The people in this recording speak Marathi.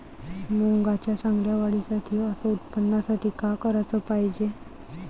मुंगाच्या चांगल्या वाढीसाठी अस उत्पन्नासाठी का कराच पायजे?